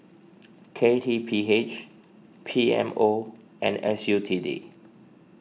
K T P H P M O and S U T D